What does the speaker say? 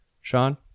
Sean